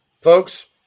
folks